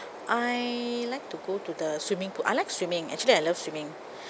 I like to go to the swimming pool I like swimming actually I love swimming